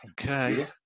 Okay